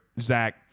Zach